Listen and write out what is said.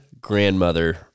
grandmother